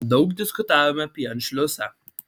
daug diskutavome apie anšliusą